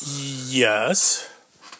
Yes